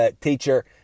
teacher